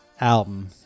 album